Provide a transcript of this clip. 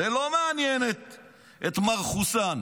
זה לא מעניין את מר כרים קאן,